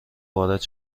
وارد